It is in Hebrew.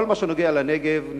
בכל מה שנוגע לנגב,